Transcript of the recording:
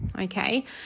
okay